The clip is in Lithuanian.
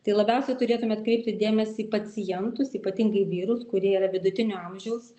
tai labiausiai turėtume atkreipti dėmesį į pacientus ypatingai vyrus kurie yra vidutinio amžiaus